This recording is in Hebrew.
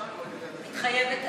מתחייבת אני